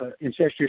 incestuous